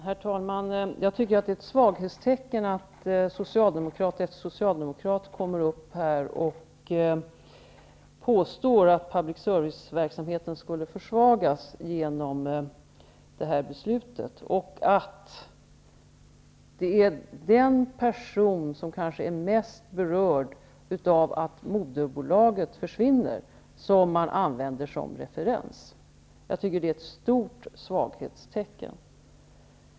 Herr talman! Jag tycker att det är ett svaghetstecken att socialdemokrat efter socialdemokrat går upp och påstår att public service-verksamheten skulle försvagas genom det här beslutet och att det är den person som kanske är mest berörd av att moderbolaget försvinner som man använder som referens. Jag tycker att det är ett stort svaghetstecken.